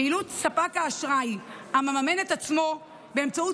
פעילות ספק אשראי המממן את עצמו באמצעות